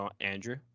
Andrew